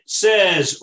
says